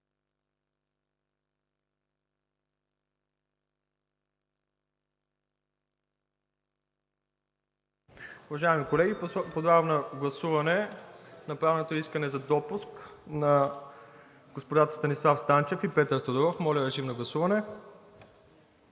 Уважаеми колеги, подлагам на гласуване направеното искане за допуск на господата Станислав Станчев и Петър Тодоров. За колегите,